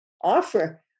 offer